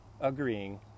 agreeing